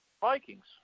Vikings